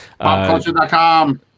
Popculture.com